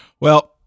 Well-